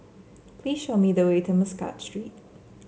please show me the way to Muscat Street